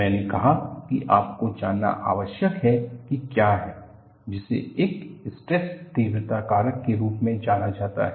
मैंने कहा कि आपको जानना आवश्यक है कि क्या है जिसे एक स्ट्रेस तीव्रता कारक के रूप में जाना जाता है